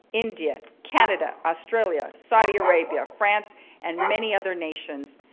india, canada, australia, saudi arabia, france and many other nations.